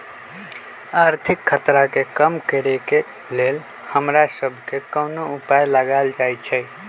आर्थिक खतरा के कम करेके लेल हमरा सभके कोनो उपाय लगाएल जाइ छै